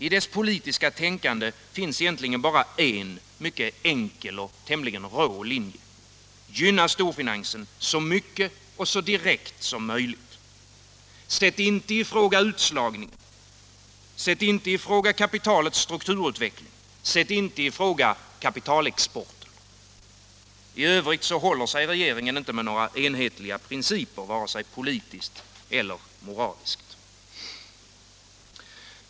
I dess politiska tänkande finns egentligen bara en, mycket enkel och tämligen rå, linje: Gynna storfinansen så mycket och så direkt som möjligt! Sätt inte i fråga utslagning, sätt inte i fråga strukturutveckling och sätt inte i fråga kapitalexport! I övrigt håller sig regeringen inte med några enhetliga principer, vare sig politiskt eller moraliskt.